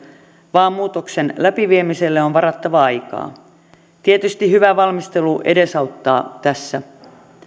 vaan että muutoksen läpiviemiselle on varattava aikaa tietysti hyvä valmistelu edesauttaa tässä